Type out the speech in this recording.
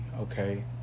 okay